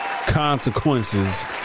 consequences